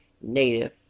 Native